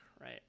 right